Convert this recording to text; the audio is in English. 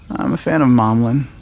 i'm a fan of momlan,